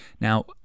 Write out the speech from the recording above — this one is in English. Now